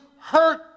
hurt